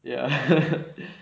ya